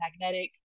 magnetic